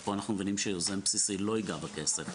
כאן אנחנו מבינים שיוזם בסיסי לא ייגע בכסף.